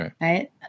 Right